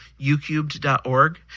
ucubed.org